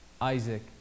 Isaac